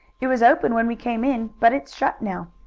it was open when we came in, but it's shut now.